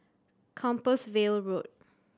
Compassvale Road